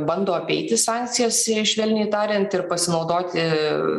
bando apeiti sankcijas švelniai tariant ir pasinaudoti